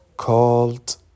Called